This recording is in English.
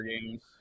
games